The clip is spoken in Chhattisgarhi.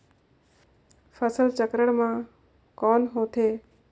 फसल चक्रण मा कौन होथे?